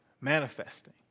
manifesting